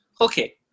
Okay